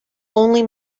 only